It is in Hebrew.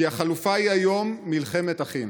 כי החלופה היא היום מלחמת אחים.